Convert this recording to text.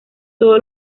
todo